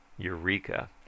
Eureka